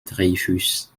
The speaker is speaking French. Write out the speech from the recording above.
dreyfus